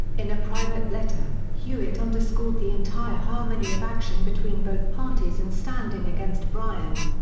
in a private letter, hewitt underscored the entire harmony of action between both parties in standing against bryan.